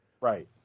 Right